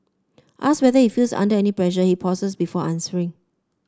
asked whether he feels under any pressure he pauses before answering